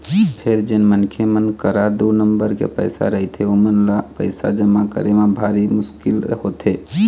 फेर जेन मनखे मन करा दू नंबर के पइसा रहिथे ओमन ल पइसा जमा करे म भारी मुसकिल होथे